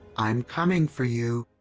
i'm coming for you!